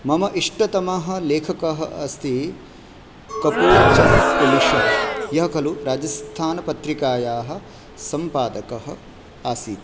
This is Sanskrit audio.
मम इष्टतमः लेखकः अस्ति कपूर् चन्द् कुलिशः यः खलु राजस्थानपत्रिकायाः सम्पादकः आसीत्